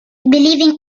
believing